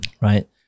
Right